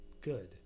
good